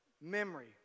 memory